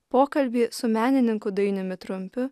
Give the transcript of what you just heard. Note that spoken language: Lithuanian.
pokalbį su menininku dainiumi trumpiu